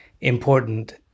important